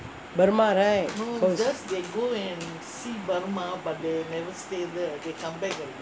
burma right